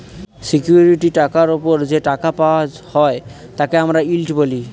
security টাকার ওপর যে টাকা পাওয়া হয় তাকে আমরা ইল্ড বলি